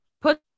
put